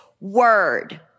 word